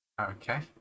Okay